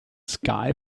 sky